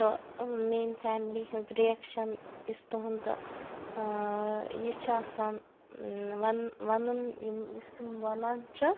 تہٕ میٲنۍ فیملی ہِنز رِیٚکشَن یُس تُہنٛد یہِ چھِ آسان وَن وَنُن یُس تِم ونان چھِ